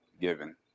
given